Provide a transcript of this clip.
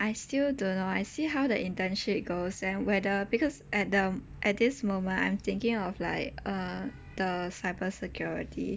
I still don't know I see how the internship goes then whether because at the at this moment I'm thinking of like uh the cybersecurity